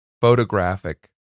photographic